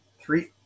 Three